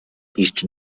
iść